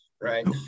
right